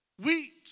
Wheat